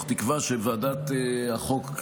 זאת מתוך תקווה שוועדת חוקה,